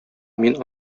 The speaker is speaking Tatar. мин